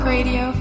Radio